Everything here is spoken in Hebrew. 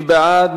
מי בעד?